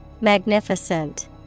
Magnificent